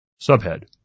Subhead